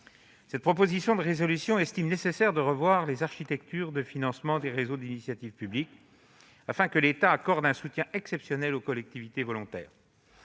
fibre optique. Ils estiment nécessaire de revoir les architectures de financement des réseaux d'initiative publique afin que l'État accorde un soutien exceptionnel aux collectivités volontaires,